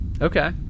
Okay